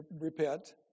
repent